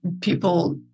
people